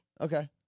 Okay